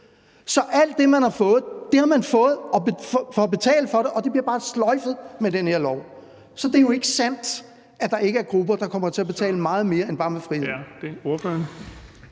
alt det, man har fået, har man betalt for, men det bliver bare sløjfet med den her lov. Så det er jo ikke sandt, at der ikke er grupper, der kommer til at betale meget mere end bare med frihed.